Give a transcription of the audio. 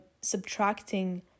subtracting